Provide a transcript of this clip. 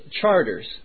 charters